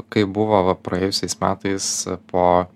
kaip buvo praėjusiais metais po